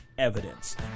Evidence